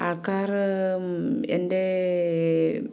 ആൾക്കാർ എൻ്റെ